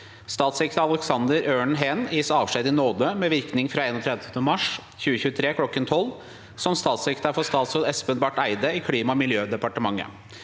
Statssekretær Aleksander Øren Heen gis avskjed i nåde med virkning fra 31. mars 2023 kl. 12.00 som statssekretær for statsråd Espen Barth Eide i Klima- og miljødepartementet.